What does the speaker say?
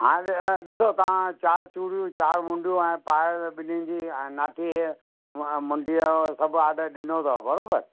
हा अ ॾिसो तव्हां चारि चूडियूं चारि मुंडियूं ऐं पायल ॿिन्हीनि जी नाठीअ अ मुंडीअ सभु ऑडर ॾिनो अथव बराबरि